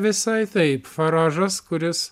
visai taip faražas kuris